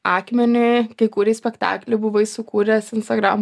akmenį kai kurei spektaklį buvai sukūręs instagram